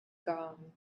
gone